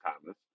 Thomas